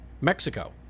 Mexico